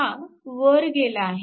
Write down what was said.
हा वर गेला आहे